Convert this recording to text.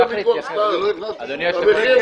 אדוני,